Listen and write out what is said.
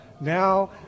Now